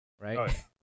right